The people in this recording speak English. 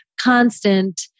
constant